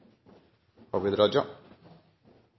Abid Q. Raja